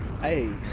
Hey